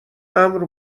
امر